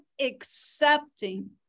accepting